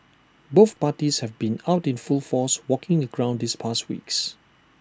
both parties have been out in full force walking the ground these past weeks